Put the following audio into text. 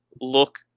look